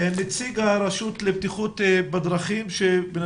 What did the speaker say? נציג הרשות לבטיחות בדרכים איתנו, נכון?